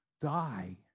die